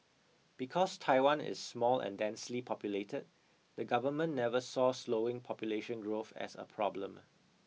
because Taiwan is small and densely populated the government never saw slowing population growth as a problem